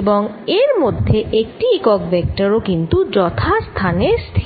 এবং এর মধ্যে একটি একক ভেক্টর ও কিন্তু যথা স্থানে স্থির নয়